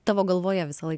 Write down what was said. tavo galvoje visąlaik